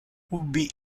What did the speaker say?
ubi